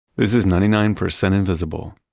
this is ninety nine percent invisible.